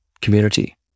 community